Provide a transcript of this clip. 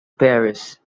paris